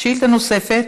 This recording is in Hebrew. שאילתה נוספת,